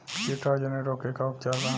कीटाणु जनित रोग के का उपचार बा?